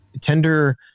tender